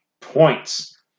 Points